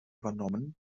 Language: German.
übernommen